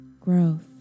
growth